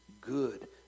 good